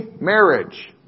marriage